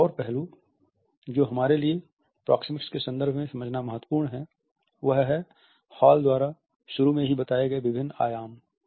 एक और पहलू जो हमारे लिए प्रोक्सेमिक्स के संदर्भ में समझना महत्वपूर्ण है वह है हॉल द्वारा शुरू में ही बताये गए विभिन्न आयाम